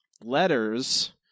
Letters